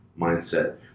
mindset